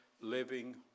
living